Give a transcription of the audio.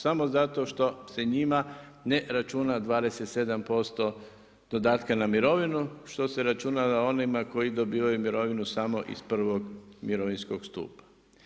Samo zato što se njima ne računa 27% dodatka na mirovinu štose računa onima koji dobivaju mirovinu samo iz prvog mirovinskog stupa.